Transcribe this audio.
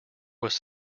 was